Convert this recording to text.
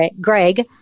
Greg